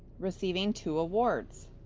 receiving two awards.